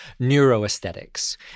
neuroaesthetics